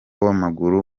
w’amaguru